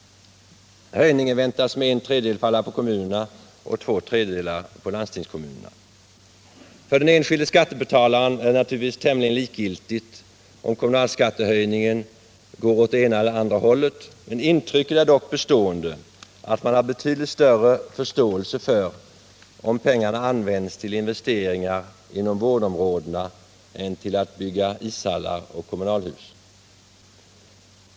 Höjningen väntas med en tredjedel falla på kommunerna och med två tredjedelar på landstingskommunerna. För den enskilde skattebetalaren är det naturligtvis tämligen likgiltigt om kommunalskattehöjningen går åt det ena eller andra hållet, men intrycket är dock bestående att man har betydligt större förståelse för utgifterna, om pengarna används till investeringar inom vårdområdena än om de används till att bygga ishallar eller kommunalhus.